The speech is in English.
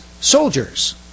soldiers